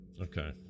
Okay